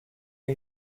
est